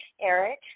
eric